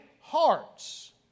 hearts